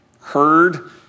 heard